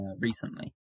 Recently